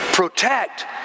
protect